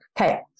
Okay